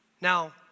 Now